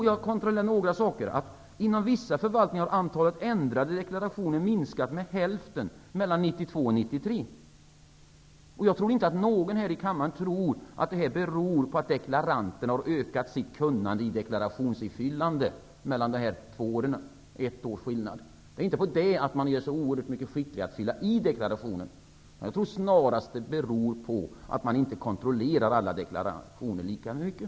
Jag har kontrollerat en del saker. Inom vissa förvaltningar har antalet ändrade deklarationer minskat med hälften mellan 1992 och 1993. Det är väl ingen här i kammaren som tror att det beror på att deklaranterna har ökat sitt kunnande i deklarationsifyllande på ett år. Det kan inte vara så att man har blivit så oerhört mycket skickligare i att fylla i deklarationen. Jag tror snarast att det beror på att man inte kontrollerar alla deklartioner lika mycket.